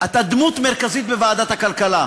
אתה דמות מרכזית בוועדת הכלכלה,